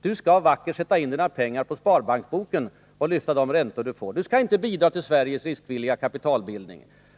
Du skall vackert sätta in dina pengar på sparbanksboken och lyfta de räntor du får. Du skall inte bidra till bildandet av riskvilligt kapital i Sverige.